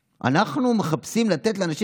אני לא יודע על מה אתם מדברים.